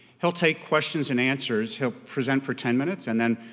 he'll take questions and answers. he'll present for ten minutes and then